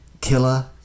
killer